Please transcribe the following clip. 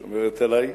היא שומרת עלי,